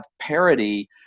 parity